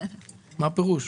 מה הפירוש?